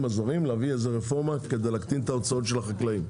הזרים כדי להקטין את ההוצאות של החקלאים.